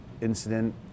incident